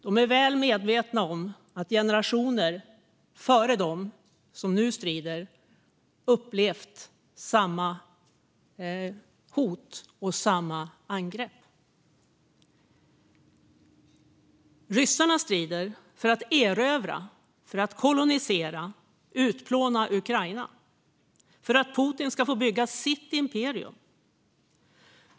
De är väl medvetna om att generationer före dem som nu strider upplevt samma hot och samma angrepp. Ryssarna strider för att erövra, kolonisera och utplåna Ukraina och för att Putin ska få bygga sitt imperium.